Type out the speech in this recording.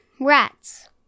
rats